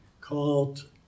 called